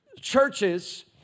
churches